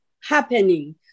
happening